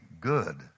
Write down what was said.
good